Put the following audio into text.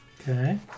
Okay